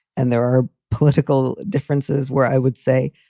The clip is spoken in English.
and there are political differences where i would say,